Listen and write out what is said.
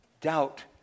doubt